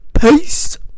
Peace